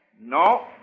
No